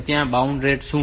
ત્યાં baud rate શું છે